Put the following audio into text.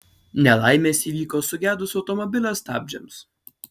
nelaimės įvyko sugedus automobilio stabdžiams